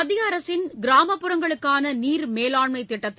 மத்திய அரசின் கிராமப்புறங்களுக்கான நீர் மேலாண்மை திட்டத்தில்